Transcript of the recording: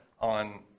on